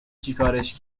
چیکارش